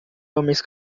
homens